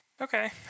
Okay